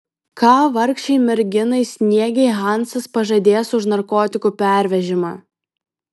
ką vargšei merginai sniegei hansas pažadės už narkotikų pervežimą